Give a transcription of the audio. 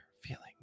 feeling